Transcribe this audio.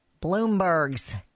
Bloomberg's